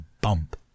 bump